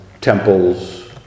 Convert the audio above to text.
temples